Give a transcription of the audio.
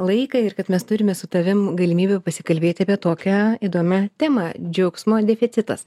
laiką ir kad mes turime su tavim galimybių pasikalbėti apie tokią įdomią temą džiaugsmo deficitas